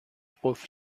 قفل